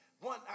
One